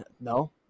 No